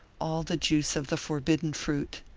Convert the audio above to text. all the juice of the forbidden fruit.